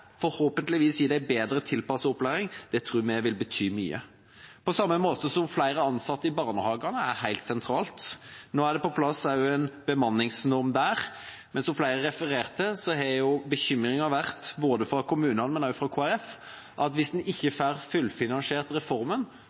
forhåpentligvis gi dem bedre tilpasset opplæring. Det tror vi vil bety mye – på samme måte som flere ansatte i barnehagene er helt sentralt. Nå er det også på plass en bemanningsnorm der, men som flere har referert til, har bekymringen vært både fra kommunene og fra Kristelig Folkeparti at hvis man ikke får fullfinansiert reformen,